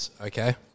Okay